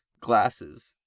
glasses